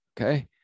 okay